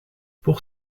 pour